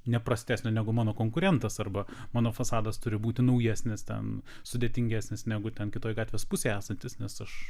ne prastesnio negu mano konkurentas arba mano fasadas turi būti naujesnis ten sudėtingesnis negu ten kitoj gatvės pusėj esantis nes aš